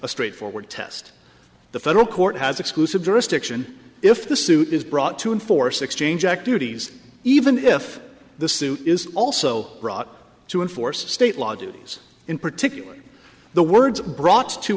a straightforward test the federal court has exclusive jurisdiction if the suit is brought to enforce exchange activities even if the suit is also brought up to enforce state law duties in particular the words brought to